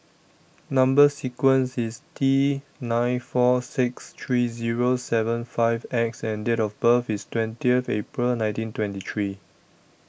Number sequence IS T nine four six three Zero seven five X and Date of birth IS twentieth April nineteen twenty three